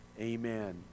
Amen